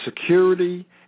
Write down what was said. security